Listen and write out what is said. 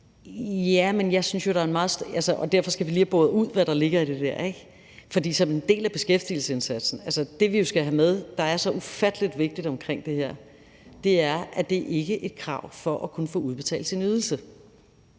alligevel, ikke? Sådan kan det jo gå. Vi skal lige have boret ud, hvad der ligger i det der med at arbejde med det som en del af beskæftigelsesindsatsen, ikke? For det, vi jo skal have med, der er så ufattelig vigtigt omkring det her, er, at det ikke er et krav for at kunne få udbetalt sin ydelse.